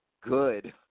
good